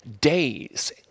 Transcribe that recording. days